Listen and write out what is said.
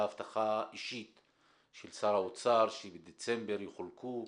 הבטחה אישית של שר האוצר שבדצמבר יחולקו,